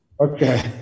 Okay